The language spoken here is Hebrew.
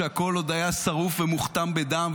כשהכול עוד היה שרוף ומוכתם בדם,